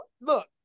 Look